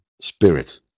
spirit